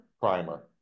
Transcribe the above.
primer